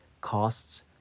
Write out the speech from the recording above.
costs